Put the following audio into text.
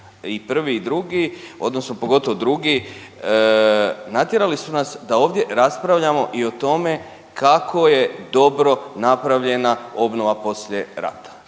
i prvi i drugi, odnosno pogotovo drugi natjerali su nas da ovdje raspravljamo i o tome kako je dobro napravljena obnova poslije rata.